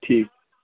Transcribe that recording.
ٹھیٖک